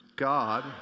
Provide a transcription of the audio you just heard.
God